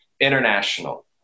international